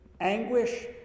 anguish